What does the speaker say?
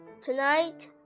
tonight